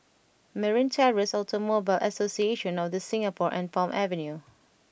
Merryn Terrace Automobile Association of The Singapore and Palm Avenue